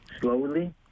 slowly